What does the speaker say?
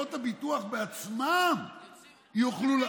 חברות הביטוח בעצמן יוכלו,